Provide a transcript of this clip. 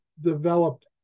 developed